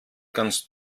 kannst